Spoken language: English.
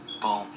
boom